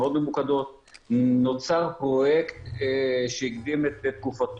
לפני הקורונה אבל קבלה תאוצה בעקבות המצב בתקופת